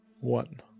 One